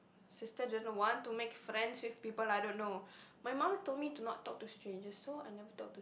sister doesn't want to make friends with people I don't know my mum told me to not talk to strangers so I never talk to